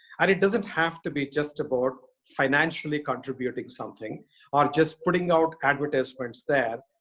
and it doesn't have to be just about financially contributing something or just putting out advertisements there,